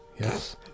Yes